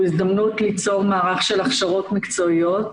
הוא הזדמנות ליצור מערך של הכשרות מקצועיות,